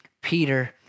Peter